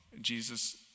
Jesus